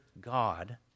God